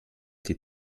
die